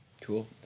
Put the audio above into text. Cool